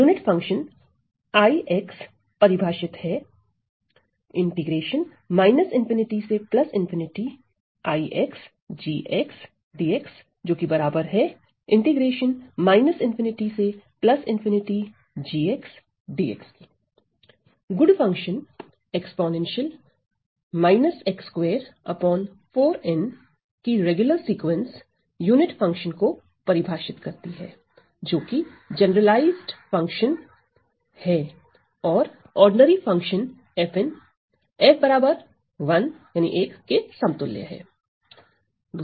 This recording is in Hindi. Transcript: Eg Unit function I defined by उदाहरण यूनिट फंक्शन I परिभाषित है गुड फंक्शन exp 4n की रेगुलर सीक्वेंस यूनिट फंक्शन को परिभाषित करती है जोकि जनरलाइज्ड फंक्शन है और साधारण फंक्शन f 1 के समतुल्य है